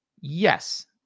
Yes